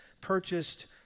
purchased